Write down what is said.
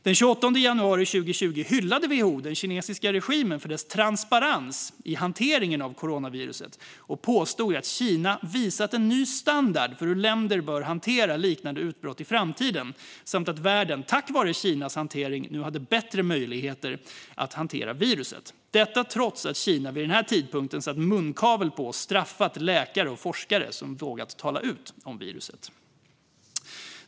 Den 28 januari 2020 hyllade WHO den kinesiska regimen för dess transparens i hanteringen av coronaviruset och påstod att Kina visat en ny standard för hur länder bör hantera liknande utbrott i framtiden samt att världen tack vare Kinas hantering nu hade bättre möjligheter att hantera viruset - detta trots att Kina vid denna tidpunkt satt munkavel på och straffat läkare och forskare som vågat tala ut om viruset.